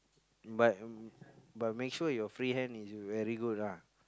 but but make sure your free hand is very good lah